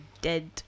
dead